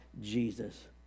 Jesus